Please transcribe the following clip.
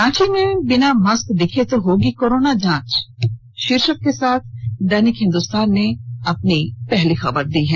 रांची में बिना मास्क दिखे तो होगी कोरोना जांच शीर्षक के साथ दैनिक हिन्दुस्तान ने अपनी पहली सुर्खी बनाई है